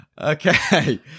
Okay